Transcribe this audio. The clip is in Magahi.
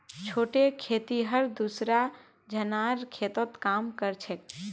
छोटे खेतिहर दूसरा झनार खेतत काम कर छेक